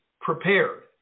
prepared